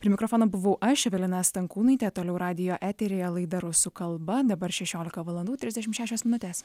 prie mikrofono buvau aš evelina stankūnaitė toliau radijo eteryje laida rusų kalba dabar šešiolika valandų trisdešimt šešios minutės